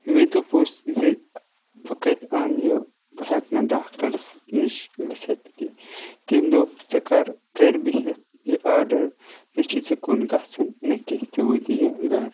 مےٚ دوٚپُس زٕ بہٕ کَتہ اَنہٕ یہِ بہٕ ہیٚکہٕ نہٕ ڈاکٹَرَس نِش گٔژھِتھ کینٛہہ تٔمۍ دوٚپ ژےٚ کَر گَرِ بِہِتھ یہِ آرڈَر نہَ چھے ژےٚ کُن گَژھُن نہَ کینٛہہ ژےٚ واتی یہِ گَرٕ